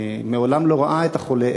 שמעולם לא ראה את החולה,